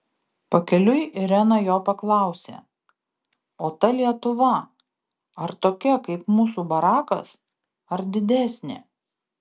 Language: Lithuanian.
pakeliui irena jo paklausė o ta lietuva ar tokia kaip mūsų barakas ar didesnė